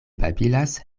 babilas